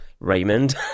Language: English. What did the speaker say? Raymond